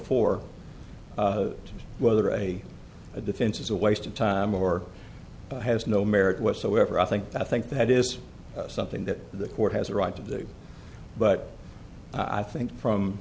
for whether a a defense is a waste of time or has no merit whatsoever i think that i think that is something that the court has a right to do but i think from